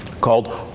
called